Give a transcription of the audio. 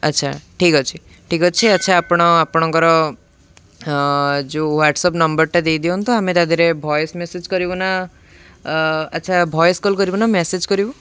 ଆଚ୍ଛା ଠିକ୍ ଅଛି ଠିକ୍ ଅଛି ଆଚ୍ଛା ଆପଣ ଆପଣଙ୍କର ଯେଉଁ ହ୍ଵାଟସ୍ଆପ୍ ନମ୍ବରଟା ଦେଇଦିଅନ୍ତୁ ଆମେ ତା ଦେହରେ ଭଏସ ମେସେଜ କରିବୁ ନା ଆଚ୍ଛା ଭଏସ୍ କଲ୍ କରିବୁ ନା ମେସେଜ କରିବୁ